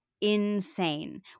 insane